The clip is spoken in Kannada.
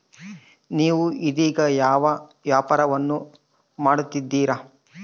ನೇವು ಇದೇಗ ಯಾವ ವ್ಯಾಪಾರವನ್ನು ಮಾಡುತ್ತಿದ್ದೇರಿ?